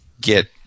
get